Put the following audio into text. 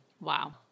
Wow